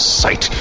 sight